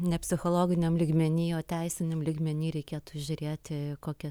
ne psichologiniam lygmeny o teisiniam lygmeny reikėtų žiūrėti kokia